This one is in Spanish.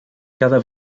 cada